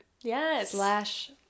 Yes